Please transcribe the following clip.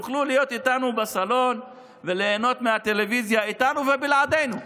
יוכלו להיות איתנו בסלון וליהנות מהטלוויזיה איתנו ובלעדינו.